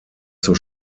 zur